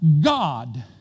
God